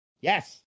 Yes